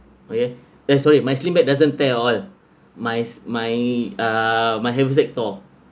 okay that's why my sling bag doesn't tear all my my uh my haversack torn